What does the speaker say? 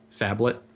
phablet